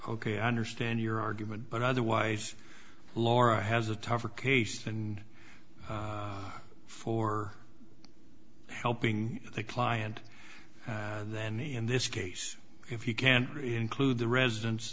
ok i understand your argument but otherwise laura has a tougher case than for helping the client then in this case if you can include the residen